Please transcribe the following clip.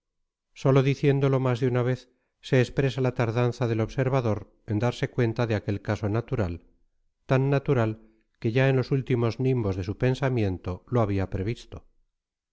sólo diciéndolo más de una vez se expresa la tardanza del observador en darse cuenta de aquel caso natural tan natural que ya en los últimos nimbos de su pensamiento lo había previsto